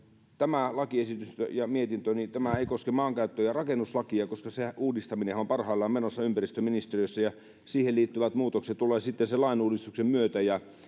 tämä lakiesitys ja mietintö eivät koske maankäyttö ja rakennuslakia koska sen uudistaminenhan on parhaillaan menossa ympäristöministeriössä siihen liittyvät muutokset tulevat sitten sen lainuudistuksen myötä ja